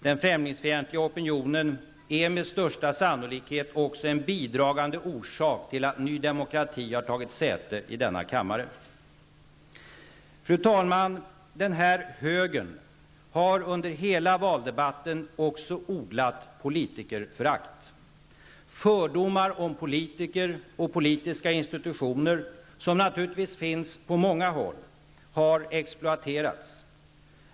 Den främlingsfientliga opinionen är med största sannolikhet också en bidragande orsak till att ny demokrati har tagit säte i denna kammare. Fru talman! Den här högern har under hela valdebatten också odlat politikerförakt. Fördomar om politiker och politiska institutioner, som naturligtvis finns på många håll, har exploaterats.